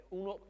uno